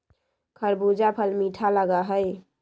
खरबूजा फल मीठा लगा हई